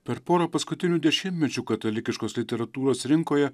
per porą paskutinių dešimtmečių katalikiškos literatūros rinkoje